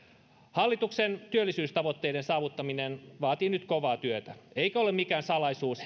hallituksen työllisyystavoitteiden saavuttaminen vaatii nyt kovaa työtä eikä ole mikään salaisuus